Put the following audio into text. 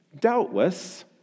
Doubtless